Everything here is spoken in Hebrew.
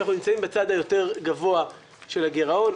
שאנחנו נמצאים בצד היותר גבוה של הגרעון.